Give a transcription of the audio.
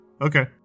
okay